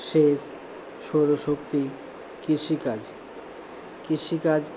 সেচ সৌরশক্তি কৃষিকাজ কৃষিকাজ